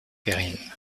périls